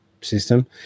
system